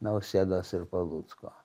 nausėdos ir palucko